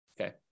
Okay